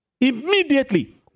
immediately